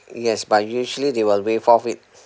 yes but usually they will waive off it